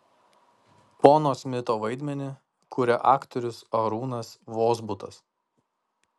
pono smito vaidmenį kuria aktorius arūnas vozbutas